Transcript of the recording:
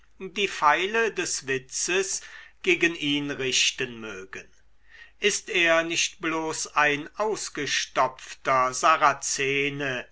die pfeile des witzes gegen ihn richten mögen ist er nicht bloß ein ausgestopfter